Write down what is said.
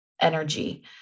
energy